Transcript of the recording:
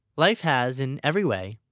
life has, in every way,